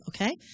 Okay